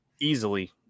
easily